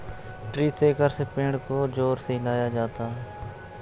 tree shaker से पेड़ को जोर से हिलाया जाता है